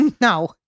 no